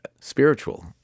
spiritual